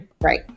Right